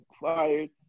fired